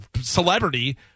celebrity